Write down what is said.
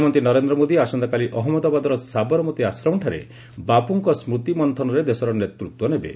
ପ୍ରଧାନମନ୍ତ୍ରୀ ନରେନ୍ଦ୍ର ମୋଦୀ ଆସନ୍ତାକାଲି ଅହଜ୍ଞଦାବାଦ୍ର ସାବରମତି ଆଶ୍ରମଠାରେ ବାପୁଙ୍କ ସ୍କୃତି ମନ୍ଥନରେ ଦେଶର ନେତୃତ୍ୱ ନେବେ